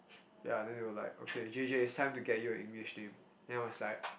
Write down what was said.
ya then they were like okay J_J it's time to get you an English name then I was like